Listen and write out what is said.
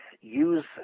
use